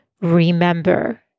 remember